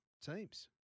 teams